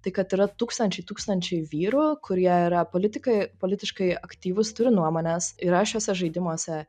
tai kad yra tūkstančiai tūkstančiai vyrų kurie yra politikai politiškai aktyvūs turi nuomones yra šiuose žaidimuose